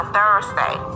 Thursday